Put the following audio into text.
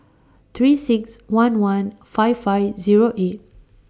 three six one one five five Zero eight